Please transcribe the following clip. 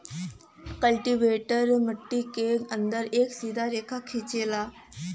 cultivator मट्टी के अंदर एक सीधा रेखा खिंचेला